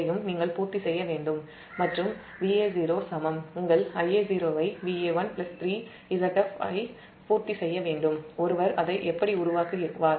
மற்றும் Va0 சமம் உங்கள் Ia0 ஐ Va1 3 Zf ஐ பூர்த்தி செய்ய வேண்டும் ஒருவர் அதை எப்படி உருவாக்குவார்